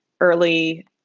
early